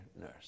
nurse